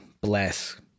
Bless